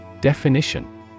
Definition